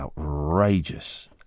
outrageous